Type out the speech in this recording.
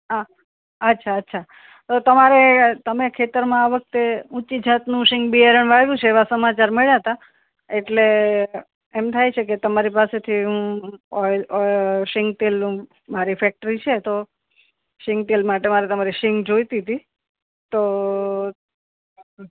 હા અચ્છા અચ્છા તો તમારે તમે ખેતરમાં આ વખતે ઊંચી જાતનું સીંગ બિયારણ વાવ્યું છે એવાં સમાચાર મળ્યા હતા એટલે એમ થાય છે કે તમારી પાસેથી હું ઓઇલ સીંગતેલનું મારી ફેક્ટરી છે તો સીંગટેલ માટે મારે તમારી સીંગ જોઈતી હતી તો